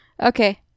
Okay